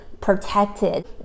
protected